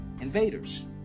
invaders